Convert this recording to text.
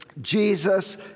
Jesus